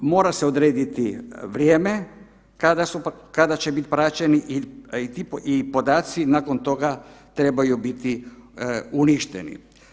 Mora se odrediti vrijeme kada će biti praćeni i podaci nakon toga trebaju biti uništeni.